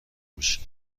میشی